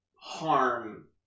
harm